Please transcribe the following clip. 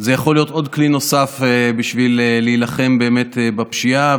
שזה יכול להיות כלי נוסף בשביל להילחם באמת בפשיעה,